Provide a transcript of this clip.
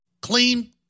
Clean